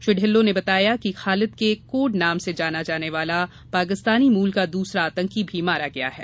श्री ढिल्लों ने बताया कि खालिद के कोड नाम से जाना जाने वाला पाकिस्तानी मूल का दूसरा आतंकी भी मारा गया है